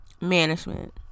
Management